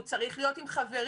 הוא צריך להיות עם חברים.